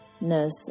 ness